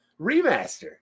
remaster